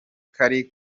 kari